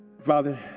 Father